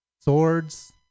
Swords